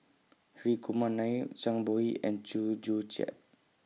Hri Kumar Nair Zhang Bohe and Chew Joo Chiat